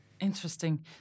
Interesting